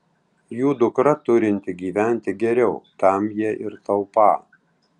jų dukra turinti gyventi geriau tam jie ir taupą